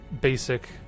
basic